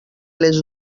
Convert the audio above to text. les